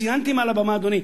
ציינתי מעל הבמה, אדוני.